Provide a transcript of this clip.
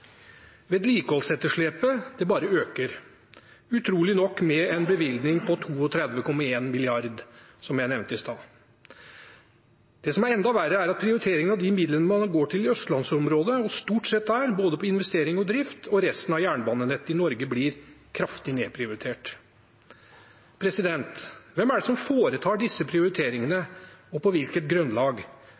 Vedlikeholdsetterslepet bare øker – utrolig nok med en bevilgning på 32,1 mrd. kr, som jeg nevnte i sted. Det som er enda verre, er at prioriteringen av de midlene går til Østlands-området og stort sett der til både investering og drift, og resten av jernbanenettet i Norge blir kraftig nedprioritert. Hvem er det som foretar disse prioriteringene, og på hvilket grunnlag?